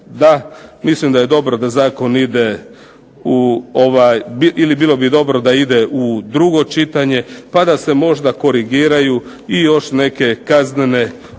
da mislim da je dobro da zakon ide u drugo čitanje pa da se možda korigiraju i još neke kaznene odredbe